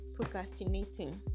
procrastinating